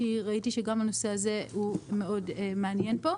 כי ראיתי שגם הנושא הזה הוא מאוד מעניין פה.